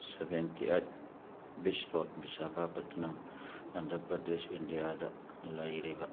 seventy eight beach road Visakhapatnam Andhra Pradesh ꯏꯟꯗꯤꯌꯥꯗ ꯂꯩꯔꯤꯕ